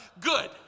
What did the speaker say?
Good